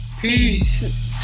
Peace